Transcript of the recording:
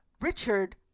Richard